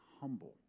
humble